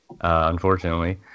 unfortunately